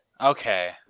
Okay